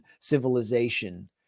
civilization